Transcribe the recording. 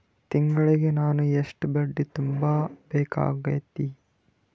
ತಿಂಗಳಿಗೆ ನಾನು ಎಷ್ಟ ಬಡ್ಡಿ ತುಂಬಾ ಬೇಕಾಗತೈತಿ?